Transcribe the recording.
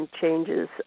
changes